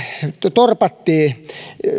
torpattiin